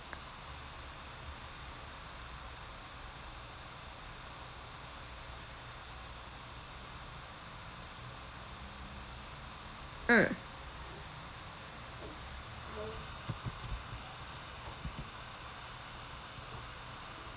mm